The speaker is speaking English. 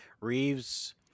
Reeves